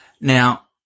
Now